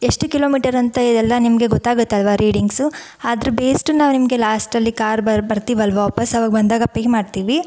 ಎಷ್ಟು ಕಿಲೋಮೀಟರ್ ಅಂತ ಎಲ್ಲ ನಿಮಗೆ ಗೊತ್ತಾಗತ್ತಲ್ವಾ ರೀಡಿಂಗ್ಸು ಅದ್ರ ಬೇಸ್ಡ್ ನಾವು ನಿಮಗೆ ಲಾಸ್ಟಲ್ಲಿ ಕಾರ್ ಬರ್ ಬರ್ತೀವಲ್ವಾ ವಾಪಸ್ ಆವಾಗ ಬಂದಾಗ ಪೇ ಮಾಡ್ತೀವಿ